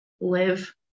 live